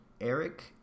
Eric